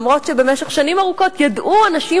אף-על-פי שבמשך שנים ארוכות ידעו אנשים